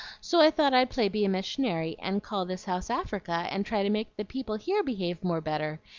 so i thought i'd play be a missionary, and call this house africa, and try to make the people here behave more better,